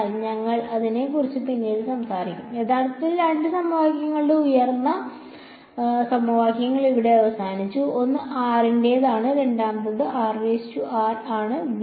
അതിനാൽ ഞങ്ങൾ അതിനെക്കുറിച്ച് പിന്നീട് സംസാരിക്കും യഥാർത്ഥത്തിൽ 2 സമവാക്യങ്ങളുള്ള ഏറ്റവും ഉയർന്ന സമവാക്യങ്ങൾ ഇവിടെ അവസാനിച്ചു ഒന്ന് r r റേതാണ് രണ്ടാമത്തേത് r ആണ്